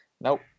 Nope